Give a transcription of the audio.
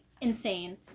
insane